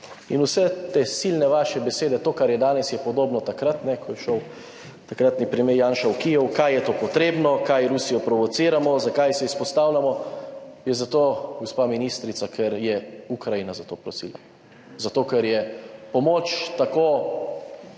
In vse te silne vaše besede, to kar je danes je podobno takrat, ko je šel takratni premier Janša v Kijev, kaj je to potrebno, kaj Rusijo provociramo, zakaj se izpostavljamo, je zato, gospa ministrica, ker je Ukrajina za to prosila. Zato, ker je pomoč tako